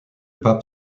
pape